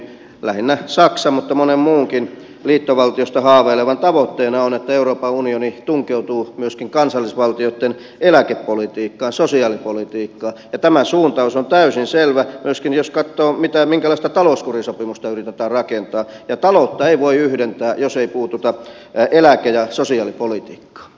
lähinnä saksan mutta monen muunkin liittovaltiosta haaveilevan tavoitteena on että euroopan unioni tunkeutuu myöskin kansallisvaltioitten eläkepolitiikkaan sosiaalipolitiikkaan ja tämä suuntaus on täysin selvä myöskin jos katsoo minkälaista talouskurisopimusta yritetään rakentaa ja taloutta ei voi yhdentää jos ei puututa eläke ja sosiaalipolitiikkaan